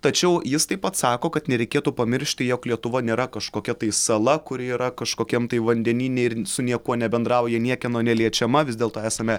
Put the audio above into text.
tačiau jis taip pat sako kad nereikėtų pamiršti jog lietuva nėra kažkokia tai sala kuri yra kažkokiam tai vandenyne ir su niekuo nebendrauja niekieno neliečiama vis dėlto esame